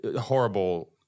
horrible